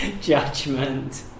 judgment